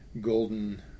Golden